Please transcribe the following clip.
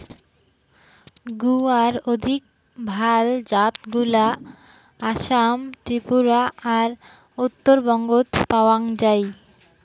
গুয়ার অধিক ভাল জাতগুলা আসাম, ত্রিপুরা আর উত্তরবঙ্গত পাওয়াং যাই